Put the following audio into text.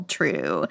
True